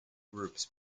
groups